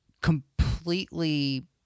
completely